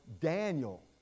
Daniel